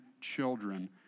children